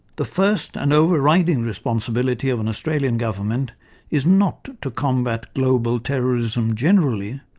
the first and overriding responsibility of an australian government is not to combat global terrorism generally,